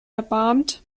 erbarmt